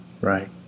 Right